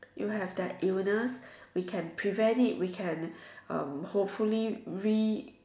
you have that illness we can prevent it we can uh hopefully re